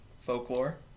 folklore